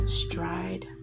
stride